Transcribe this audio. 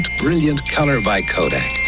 brilliant color by kodak.